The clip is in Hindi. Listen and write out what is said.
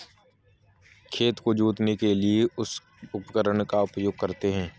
खेत को जोतने के लिए किस उपकरण का उपयोग करते हैं?